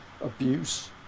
abuse